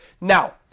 Now